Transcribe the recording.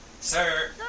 Sir